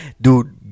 Dude